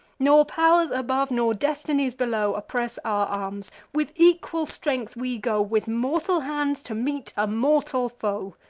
nor pow'rs above, nor destinies below oppress our arms with equal strength we go, with mortal hands to meet a mortal foe.